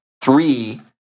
three